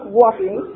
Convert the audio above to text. walking